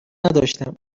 نداشتم